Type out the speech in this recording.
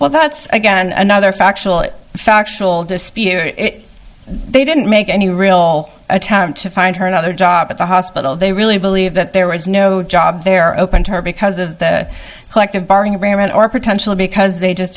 well that's again another factual it factual dispute they didn't make any real attempt to find her another job at the hospital they really believe that there was no job there open to her because of the collective bargaining agreement or potential because they just